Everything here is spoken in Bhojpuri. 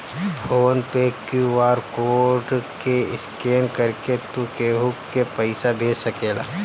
फ़ोन पे क्यू.आर कोड के स्केन करके तू केहू के पईसा भेज सकेला